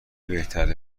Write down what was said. بهتره